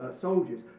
soldiers